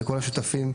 לכל השותפים,